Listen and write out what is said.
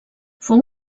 fou